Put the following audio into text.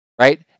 right